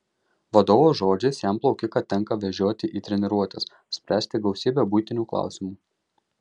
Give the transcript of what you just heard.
vadovo žodžiais jam plaukiką tenka vežioti į treniruotes spręsti gausybę buitinių klausimų